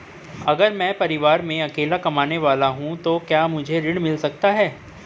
अगर मैं परिवार में अकेला कमाने वाला हूँ तो क्या मुझे ऋण मिल सकता है?